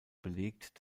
belegt